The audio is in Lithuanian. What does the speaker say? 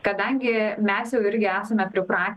kadangi mes jau irgi esame pripra